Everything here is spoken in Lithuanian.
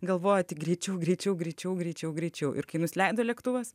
galvoja tik greičiau greičiau greičiau greičiau greičiau ir kai nusileido lėktuvas